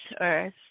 earth